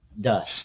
dust